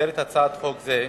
במסגרת הצעת חוק זו